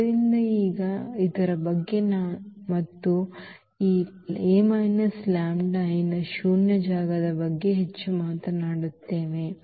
ಆದ್ದರಿಂದ ನಾವು ಈಗ ಇದರ ಬಗ್ಗೆ ಮತ್ತು ಈ A λI ನ ಶೂನ್ಯ ಜಾಗದ ಬಗ್ಗೆ ಹೆಚ್ಚು ಮಾತನಾಡುತ್ತೇವೆ